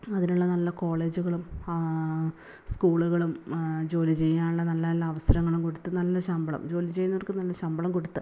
അതിനുള്ള നല്ല കോളജുകളും സ്കൂളുകളും ജോലി ചെയ്യാനുള്ള നല്ല നല്ല അവസരങ്ങളും കൊടുത്ത് നല്ല ശമ്പളം ജോലി ചെയ്യുന്നവർക്ക് നല്ല ശമ്പളം കൊടുത്ത്